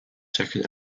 second